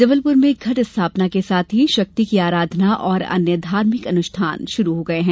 जबलपुर में घट स्थापना के साथ ही शक्ति की आराधना और अन्य धार्मिक अनुष्ठान शुरू हो गये हैं